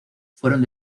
fueron